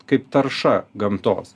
kaip tarša gamtos